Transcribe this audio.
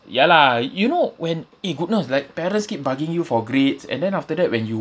ya lah you know when eh goodness like parents keep bugging you for grades and then after that when you